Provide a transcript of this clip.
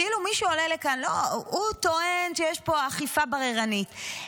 מישהו עולה לכאן וטוען שיש פה אכיפה בררנית,